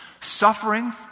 Suffering